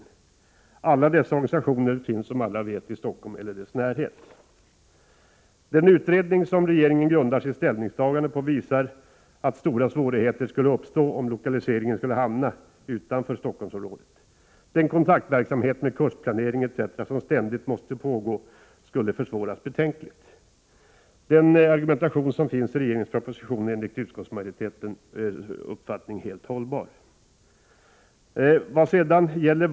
Samtliga dessa finns, som alla vet, i Stockholm eller i dess närhet. Den utredning som regeringen grundar sitt ställningstagande på visar att stora svårigheter skulle uppstå om lokalisering skedde till en ort utanför Stockholmsområdet. Den kontaktverksamhet med kursplanering etc. som ständigt måste pågå skulle försvåras betänkligt. Argumentationen i regeringens proposition är enligt utskottsmajoritetens uppfattning helt hållbar.